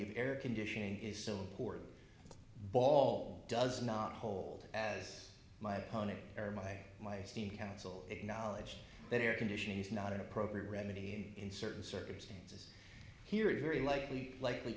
of air conditioning is so important ball does not hold as my opponent or my my esteemed counsel acknowledged that air conditioning is not an appropriate remedy and in certain circumstances here is very likely likely